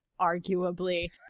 arguably